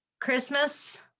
Christmas